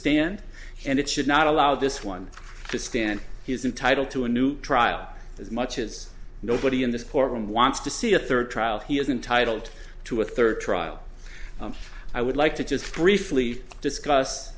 stand and it should not allow this one to stand he's entitled to a new trial as much as nobody in this courtroom wants to see a third trial he has been titled to a third trial i would like to just briefly discuss